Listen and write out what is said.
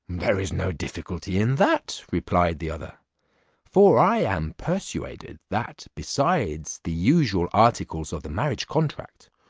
there is no difficulty in that, replied the other for i am persuaded, that besides the usual articles of the marriage contract,